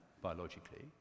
biologically